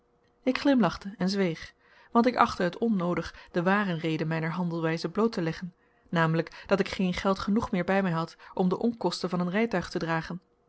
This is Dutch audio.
ik glimlachte en zweeg want ik achtte het onnoodig de ware reden mijner handelwijze bloot te leggen namelijk dat ik geen geld genoeg meer bij mij had om de onkosten van een rijtuig te dragen